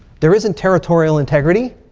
there isn't territorial integrity.